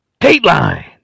Dateline